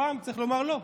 הפעם צריך לומר לא.